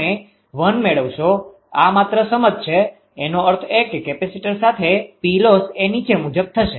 ૦ મેળવશો આ માત્ર સમજ છે એનો અર્થ એ કે કેપેસીટર સાથે Ploss એ નીચે મુજબ થશે